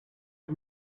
you